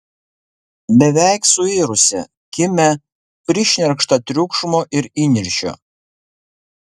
beveik suirusią kimią prišnerkštą triukšmo ir įniršio